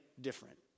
different